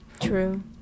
True